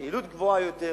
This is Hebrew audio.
זה יעילות גבוהה יותר,